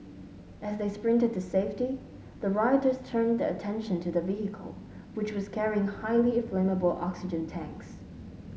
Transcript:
as they sprinted to safety the rioters turned their attention to the vehicle which was carrying highly flammable oxygen tanks